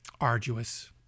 arduous